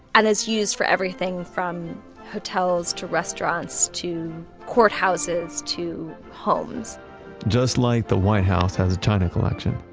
and it's used for everything, from hotels to restaurants to courthouses to homes just like the white house has a china collection,